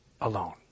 alone